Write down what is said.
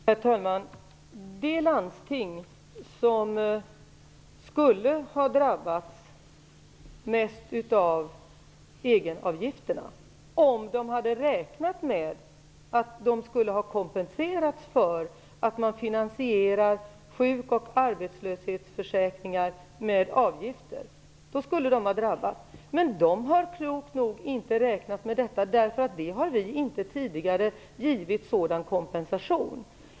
Herr talman! Det är landstingen som skulle ha drabbats mest av egenavgifterna om de hade räknat med att bli kompenserade för att man finansierar sjukoch arbetslöshetsförsäkringar med avgifter. Men de har klokt nog inte räknat med detta. Vi har inte tidigare givit sådan kompensation.